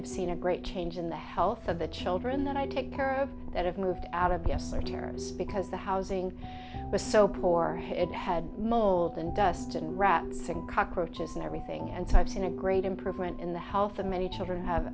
i've seen a great change in the health of the children that i take care of that have moved out of yesteryear because the housing was so poor it had mold and dust and rats and cockroaches and everything and types and a great improvement in the health of many children have